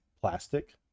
Plastic